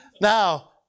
Now